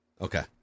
Okay